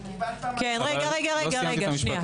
לא סיימתי את המשפט.